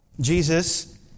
Jesus